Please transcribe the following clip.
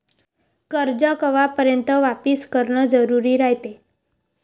कर्ज कवापर्यंत वापिस करन जरुरी रायते?